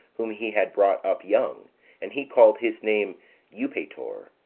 whom he had brought up young and he called his name eupator.